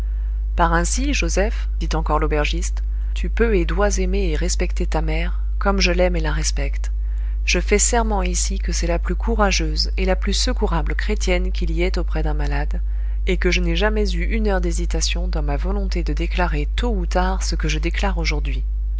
par ainsi joseph dit encore l'aubergiste tu peux et dois aimer et respecter ta mère comme je l'aime et la respecte je fais serment ici que c'est la plus courageuse et la plus secourable chrétienne qu'il y ait auprès d'un malade et que je n'ai jamais eu une heure d'hésitation dans ma volonté de déclarer tôt ou tard ce que je déclare aujourd'hui